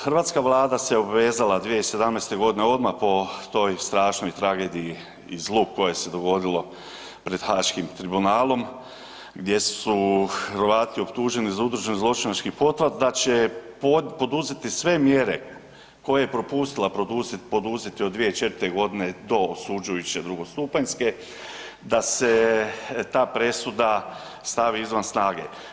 Hrvatska Vlada se obvezla 2017. g. odmah po toj strašnoj tragediji i zlu koje se dogodilo pred haškim tribunalom gdje su Hrvati optuženi za udruženi zločinački pothvat da će poduzeti sve mjere koje je propustila poduzeti od 2004. do osuđujuće drugostupanjske da se ta presuda stavi izvan snage.